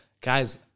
Guys